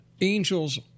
Angels